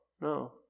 no